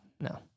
No